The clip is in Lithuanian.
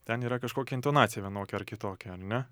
ten yra kažkokia intonacija vienokia ar kitokia ar ne